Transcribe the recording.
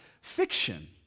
fiction